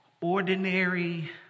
ordinary